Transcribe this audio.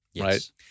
Right